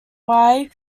wei